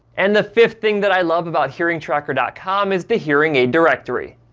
and the fifth thing that i love about hearingtracker dot com is the hearing aid directory.